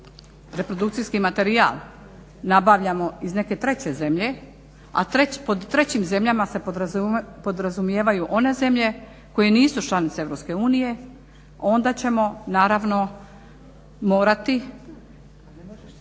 reprodukcijski materijal nabavljamo iz neke treće zemlje, a pod trećim zemljama se podrazumijevaju one zemlje koje nisu članice Europske unije onda ćemo naravno morati